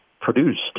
produced